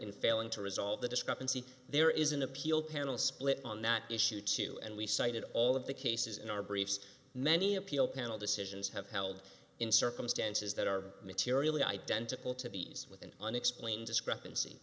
in failing to resolve the discrepancy there is an appeal panel split on that issue too and we cited all of the cases in our briefs many appeal panel decisions have held in circumstances that are materially id and tickle to be with an unexplained discrepancy